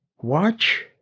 watch